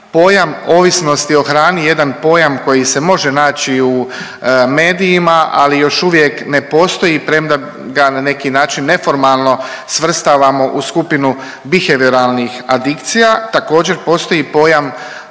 Pojam ovisnosti o hrani jedan pojam koji se može naći u medijima, ali još uvijek ne postoji premda ga na neki način neformalno svrstavamo u skupini bihevioralnih adikcija također postoji pojam